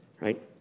right